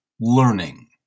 learning